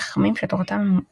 בגמלא,